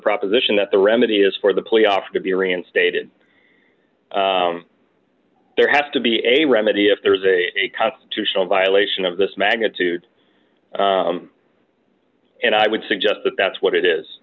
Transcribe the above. proposition that the remedy is for the playoffs to be reinstated there has to be a remedy if there is a constitutional violation of this magnitude and i would suggest that that's what it is